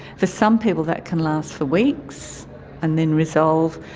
for some people that can last for weeks and then resolve.